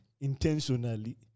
intentionally